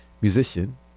musician